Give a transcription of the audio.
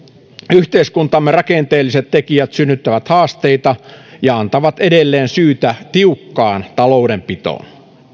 yhteiskuntamme rakenteelliset tekijät synnyttävät haasteita ja antavat edelleen syytä tiukkaan taloudenpitoon